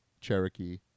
Cherokee